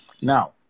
Now